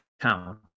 town